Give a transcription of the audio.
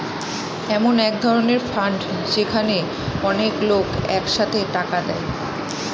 এমন এক ধরনের ফান্ড যেখানে অনেক লোক এক সাথে টাকা দেয়